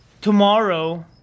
tomorrow